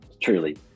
truly